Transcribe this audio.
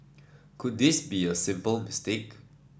could this be a simple mistake